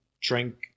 drink